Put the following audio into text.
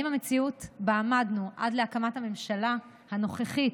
האם המציאות שבה עמדנו עד להקמת הממשלה הנוכחית,